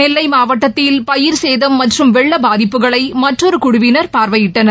நெல்லை மாவட்டத்தில் பயிர் சேதம் மற்றும் வெள்ளப் பாதிப்புகளை மற்றொரு குழுவினர் பார்வையிட்டனர்